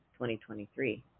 2023